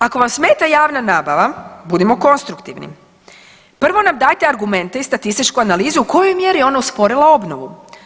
Ako vas smeta javna nabave, budimo konstruktivni, prvo nam dajte argumente i statističku analizu u kojoj mjeri je ona usporila obnovu.